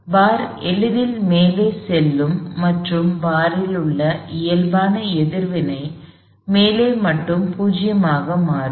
பார் எளிதில் மேலே செல்லும் மற்றும் பாரில் உள்ள இயல்பான எதிர்வினை மேலே மட்டுமே 0 ஆக மாறும்